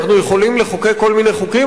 אנחנו יכולים לחוקק כל מיני חוקים,